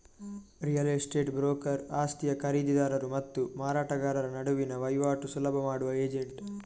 real estate broker ಆಸ್ತಿಯ ಖರೀದಿದಾರರು ಮತ್ತು ಮಾರಾಟಗಾರರ ನಡುವಿನ ವೈವಾಟು ಸುಲಭ ಮಾಡುವ ಏಜೆಂಟ್